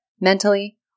mentally